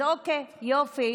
אז אוקיי, יופי,